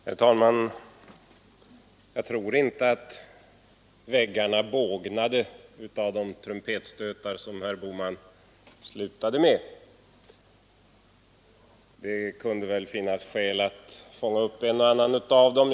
Herr talman! Jag tror inte att väggarna bågnade av de trumpetstötar som herr Bohman slutade med. Det kunde väl finnas skäl att fånga upp en och annan av dem.